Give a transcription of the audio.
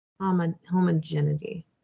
Homogeneity